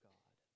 God